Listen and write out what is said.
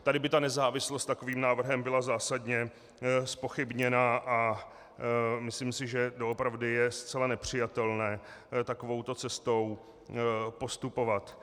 Tady by ta nezávislost takovým návrhem byla zásadně zpochybněna a myslím si, že doopravdy je zcela nepřijatelné takovouto cestou postupovat.